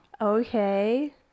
Okay